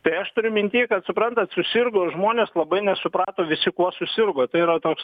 tai aš turiu minty kad suprantat susirgo žmonės labai nesuprato visi kuo susirgo tai yra toks